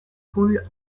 coule